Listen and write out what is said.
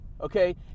okay